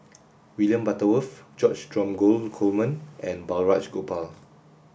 William Butterworth George Dromgold Coleman and Balraj Gopal